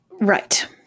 Right